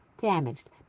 damaged